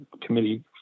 committee